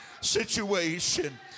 situation